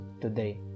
today